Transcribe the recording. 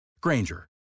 Granger